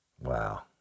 Wow